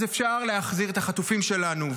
אז אפשר להחזיר את החטופים שלנו,